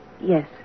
Yes